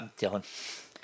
Dylan